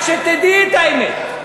רק שתדעי את האמת.